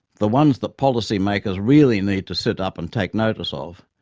the ones that policy-makers really need to sit up and take notice of,